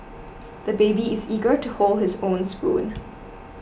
the baby is eager to hold his own spoon